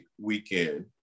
weekend